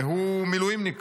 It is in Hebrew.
הוא מילואימניק